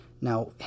Now